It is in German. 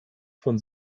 von